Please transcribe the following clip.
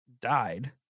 died